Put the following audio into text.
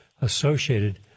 associated